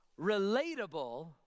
relatable